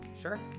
Sure